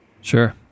Sure